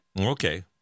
okay